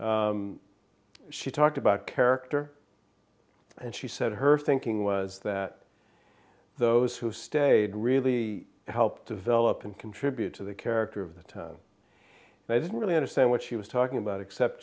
stay she talked about character and she said her thinking was that those who stayed really helped develop and contribute to the character of the town and i didn't really understand what she was talking about except